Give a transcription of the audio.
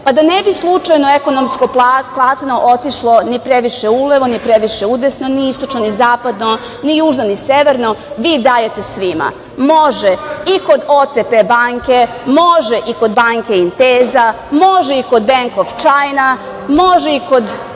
pa da ne bi slučajno ekonomsko platno otišlo ni previše ulevo, ni previše udesno, ni istočno, ni zapadno, ni južno, ni severno, vi dajete svima, može i kod OTP banke, može i kod banke Inteza, može i kod Benk of Čajna, može i kod